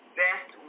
best